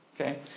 okay